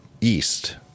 east